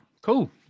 Cool